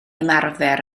ymarfer